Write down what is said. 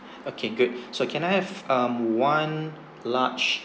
okay good so can I have um one large